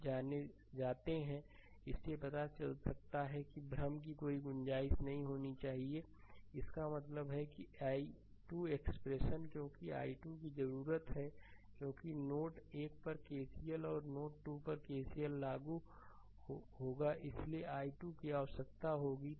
तो इससे पता चल सकता है कि भ्रम की कोई गुंजाइश नहीं होनी चाहिए इसका मतलब है i2 एक्सप्रेशन क्योंकि i2 की जरूरत है क्योंकि नोड 1 पर KCL और नोड 2 पर KCL लागू होगा इसलिए i2 की आवश्यकता है